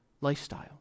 lifestyle